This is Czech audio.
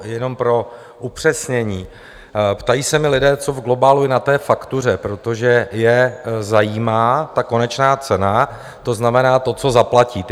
Jenom pro upřesnění, ptají se mě lidé, co v globálu je na té faktuře, protože je zajímá ta konečná cena, to znamená to, co zaplatí.